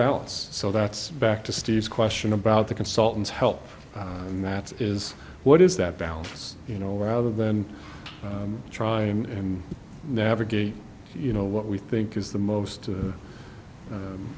balance so that's back to steve's question about the consultants help and that is what is that balance you know rather than try and navigate you know what we think is the most